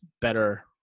better –